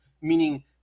meaning